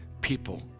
people